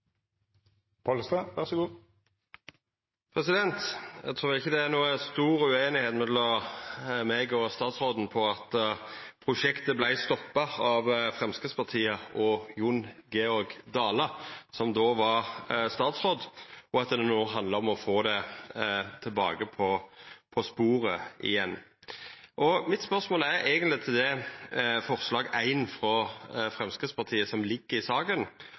stor ueinigheit mellom meg og statsråden med omsyn til at prosjektet vart stoppa av Framstegspartiet og Jon Georg Dale, som då var statsråd, og at det no handlar om å få det tilbake på sporet igjen. Mitt spørsmål er eigentleg til forslag nr. 1, frå Framstegspartiet, som ligg i saka,